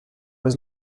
was